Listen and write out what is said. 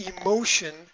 emotion